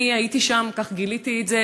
הייתי שם וכך גיליתי את זה.